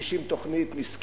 מגישים תוכנית, מסכנים,